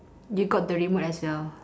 you got the remote as well